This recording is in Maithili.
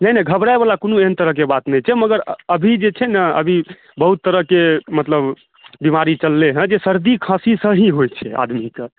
नहि नहि घबराए वाला कोनो एहन तरहकेँ बात नहि छै लेकिन अभी जे छै ने अभी मतलब बहुत तरहकेँ मतलब बीमारी चललै हँ जे सर्दी खाॅंसीसँ ही होइ छै अदमीके